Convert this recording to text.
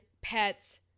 pets